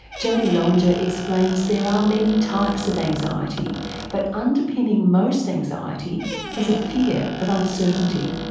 jodie lowinger explains there are many types of anxiety but underpinning most anxiety is a fear of uncertainty.